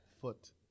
Foot